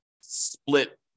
split